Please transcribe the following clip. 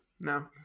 no